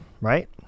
right